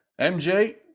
MJ